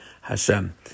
Hashem